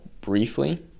briefly